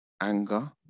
anger